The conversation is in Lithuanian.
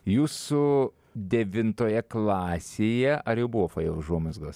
jūsų devintoje klasėje ar jau buvo fojė užuomazgos